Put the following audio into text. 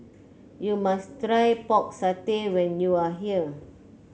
you must try Pork Satay when you are here